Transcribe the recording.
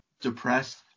depressed